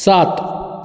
सात